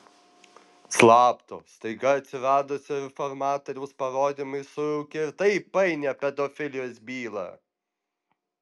slapto staiga atsiradusio informatoriaus parodymai sujaukė ir taip painią pedofilijos bylą